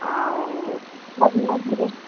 ଆଉ ମଝିରେ ମଝିରେ